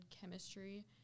chemistry